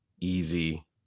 Easy